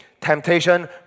temptation